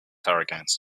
hurricanes